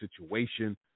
situation